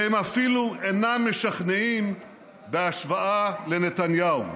והם אפילו אינם משכנעים בהשוואה לנתניהו.